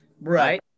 Right